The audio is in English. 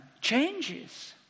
changes